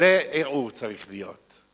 לערעור צריכה להיות.